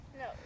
No